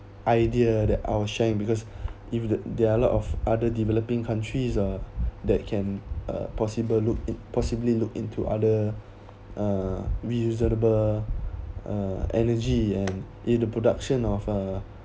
idea that I was sharing because if there a lot of other developing countries uh that can uh possible looked possibly look into other uh reasonable uh energy and it the production of uh